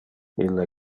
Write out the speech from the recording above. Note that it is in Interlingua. ille